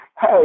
hey